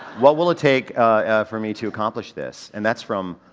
what will it take ah for me to accomplish this? and that's from